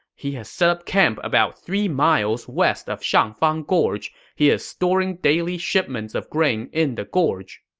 he has set up camp about three miles west of shangfang gorge. he is storing daily shipments of grain in the gorge.